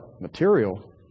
material